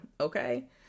okay